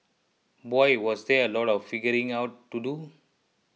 boy was there a lot of figuring out to do